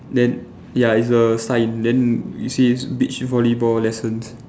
then ya it's a sign then it says beach volleyball lessons